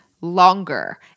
longer